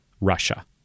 Russia